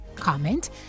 comment